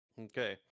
Okay